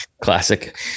classic